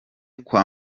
kwa